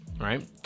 Right